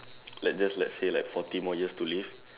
like just let's say like forty more years to live